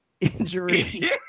injury